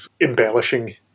embellishing